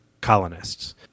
colonists